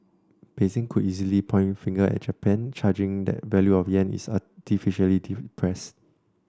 Beijing could easily point a finger at Japan charging that the value of the yen is artificially suppressed